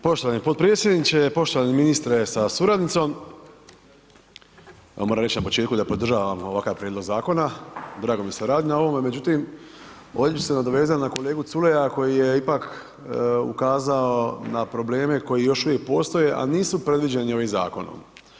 Poštovani potpredsjedniče, poštovani ministre sa suradnicom, evo moram reć na početku da podržavam ovakav prijedlog zakona, drago mi je da se radi na ovome, međutim, ovdje bi se nadovezao na kolegu Culeja koji je ipak ukazao na probleme koji još uvijek postoje, a nisu predviđeni ovim zakonom.